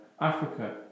Africa